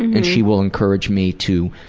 and she will encourage me to